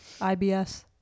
ibs